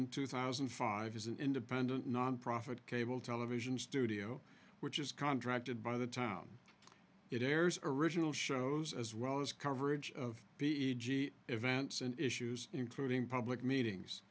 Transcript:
in two thousand and five is an independent nonprofit cable television studio which is contracted by the town it airs original shows as well as coverage of the e g events and issues including public meetings